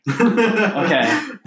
Okay